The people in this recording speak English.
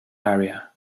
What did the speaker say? area